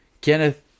Kenneth